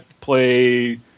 play